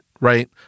right